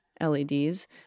LEDs